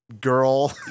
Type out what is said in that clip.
girl